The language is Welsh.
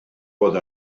oedd